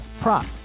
prop